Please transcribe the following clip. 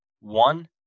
one